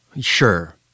Sure